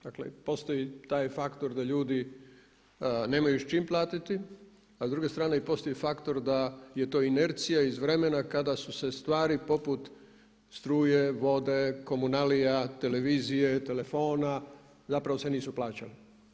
Dakle postoji taj faktor da ljudi nemaju s čime platiti a s druge strane i postoji faktor da je to inercija iz vremena kada su se stvari poput struje, vode, komunalija, televizije, telefona, zapravo se nisu plaćale.